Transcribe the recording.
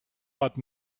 but